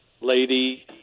lady